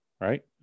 right